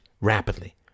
rapidly